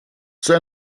zur